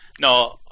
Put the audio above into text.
no